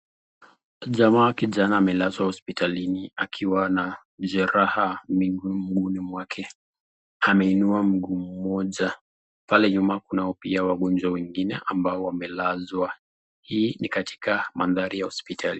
Jamaa kijana amelazwa hospitalini akiwa ana jeraha mguuni mwake. Ameinua mguu mmoja. Pale nyuma kuna pia wagonjwa wengine ambao wamelazwa. Hii ni katika mandhari ya hospitali.